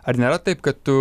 ar nėra taip kad tu